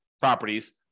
properties